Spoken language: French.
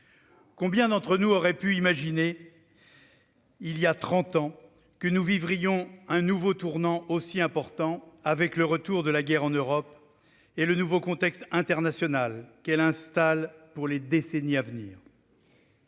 Combien d'entre nous auraient-ils pu imaginer, il y a trente ans, que nous vivrions un nouveau tournant aussi important avec le retour de la guerre en Europe et le nouveau contexte international qu'elle installe pour les décennies à venir ?